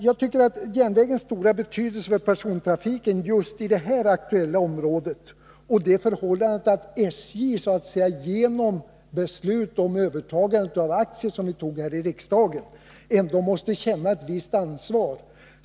Järnvägen har stor betydelse för persontrafiken i just det aktuella området. Enligt ett riksdagsbeslut har ju SJ övertagit aktierna i TGOJ. Således måste väl ändå SJ känna ett visst ansvar.